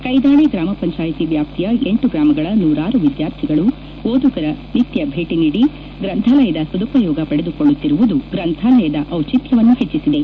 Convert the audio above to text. ಕೈದಾಳೆ ಗ್ರಾಮಪಂಚಾಯತಿ ವ್ಯಾಪ್ತಿಯ ಎಂಟು ಗ್ರಾಮಗಳ ನೂರಾರು ವಿದ್ಯಾರ್ಥಿಗಳು ಓದುಗರು ನಿತ್ಯ ಭೇಟಿ ನೀಡಿ ಗ್ರಂಥಾಲಯದ ಸದುಪಯೋಗ ಪಡೆದುಕೊಳ್ಳುತ್ತಿರುವುದು ಗ್ರಂಥಾಲಯದ ಔಚಿತ್ಯವನ್ನು ಹೆಚ್ಚಿಸಿದೆ